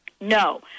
No